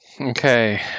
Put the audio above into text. Okay